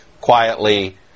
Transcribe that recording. quietly